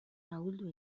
ahuldu